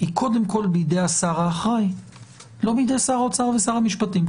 היא קודם כל בידי השר האחראי ולא בידי שר האוצר ושר המשפטים.